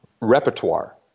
repertoire